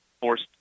forced